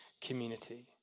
community